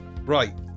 Right